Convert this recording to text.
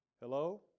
Hello